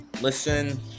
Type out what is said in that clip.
listen